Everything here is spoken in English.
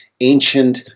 ancient